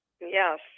Yes